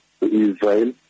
Israel